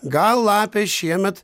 gal lapė šiemet